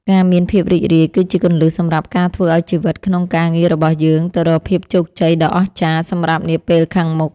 ការមានភាពរីករាយគឺជាគន្លឹះសម្រាប់ការធ្វើឱ្យជីវិតក្នុងការងាររបស់យើងទៅរកភាពជោគជ័យដ៏អស្ចារ្យសម្រាប់នាពេលខាងមុខ។